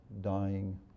dying